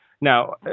now